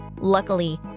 Luckily